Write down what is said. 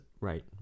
right